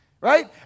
Right